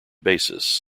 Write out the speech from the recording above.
basis